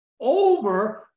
over